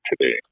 today